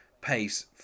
pace